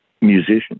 musicians